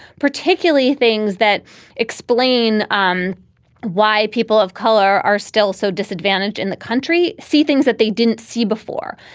particularly things that explain um why people of color are still so disadvantaged in the country, see things that they didn't see before.